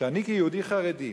שאני כיהודי חרדי,